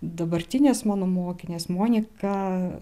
dabartinės mano mokinės monika